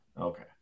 Okay